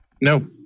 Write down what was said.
No